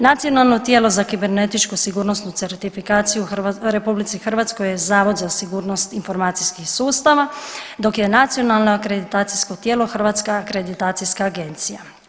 Nacionalno tijelo za kibernetičku sigurnosnu certifikaciju u RH je Zavod za sigurnost informacijskih sustava, dok je nacionalno akreditacijsko tijelo Hrvatska akreditacijska agencija.